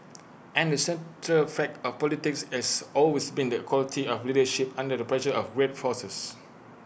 and the central fact of politics is always been the quality of leadership under the pressure of great forces